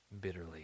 bitterly